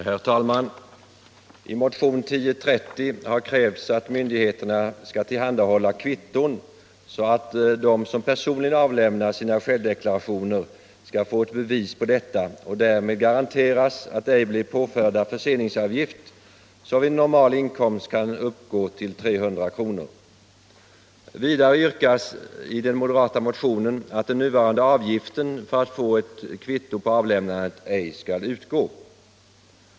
Herr talman! I motion 1030 har krävts att myndigheterna skall tillhandahålla kvitton så att de som personligen avlämnar sina självdeklarationer skall få ett bevis på detta och därmed garanteras att ej bli påförda förseningsavgift, som vid en normal inkomst kan uppgå till 300 kr. Vidare yrkas i den moderata motionen att den nuvarande avgiften för att få ett kvitto på avlämnandet ej skall utgå.